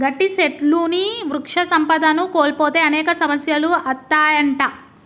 గట్టి సెట్లుని వృక్ష సంపదను కోల్పోతే అనేక సమస్యలు అత్తాయంట